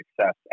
success